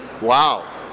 wow